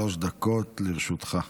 שלוש דקות לרשותך.